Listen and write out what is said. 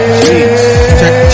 Check